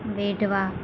વેઢવા